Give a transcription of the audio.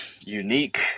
unique